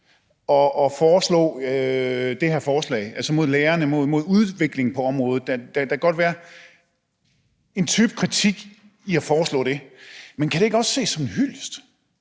at fremsætte det her forslag, altså mod lærerne og mod udviklingen på området – at der godt kan være en type kritik i at foreslå det. Men kan det ikke også ses som en hyldest